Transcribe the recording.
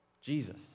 Jesus